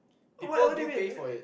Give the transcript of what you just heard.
what what do you mean